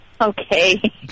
Okay